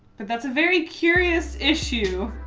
but that's a very curious issue.